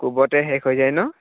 কোবতে শেষ হৈ যায় ন